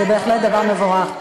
זה בהחלט דבר מבורך.